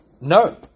No